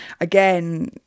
again